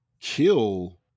kill